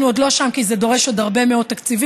אנחנו עוד לא שם כי זה דורש עוד הרבה מאוד תקציבים,